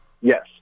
Yes